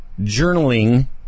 journaling